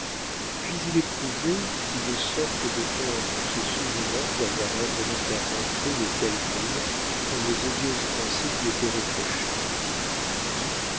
puis il éprouvait une sorte de honte en se souvenant d'avoir involontairement fait les calculs dont les odieuses pensées lui étaient reprochées puis